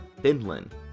Finland